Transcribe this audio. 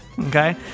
Okay